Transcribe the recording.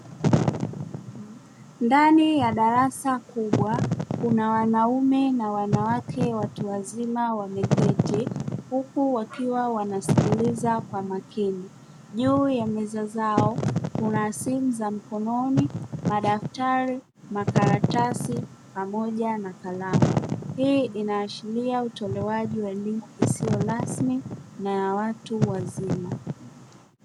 Ndani ya darasa kubwa kuna wanaume na wanawake watu wazima wameketi huku wakiwa wanasikiliza kwa makini, juu ya meza zao kuna simu za mkononi, madaftari, makaratasi pamoja na kalamu; Hii inaashiria utolewaji wa elimu isiyo rasmi na ya watu wazima.